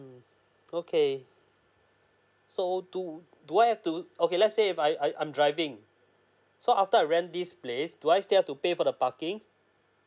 okay so do do I have to okay let's say if I I I'm driving so after I rent this place do I still have to pay for the parking